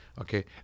okay